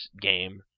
game